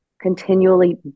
continually